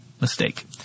mistake